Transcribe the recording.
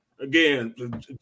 Again